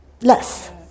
less